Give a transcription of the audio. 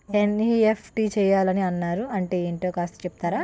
NEFT చేయాలని అన్నారు అంటే ఏంటో కాస్త చెపుతారా?